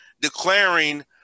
declaring